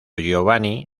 giovanni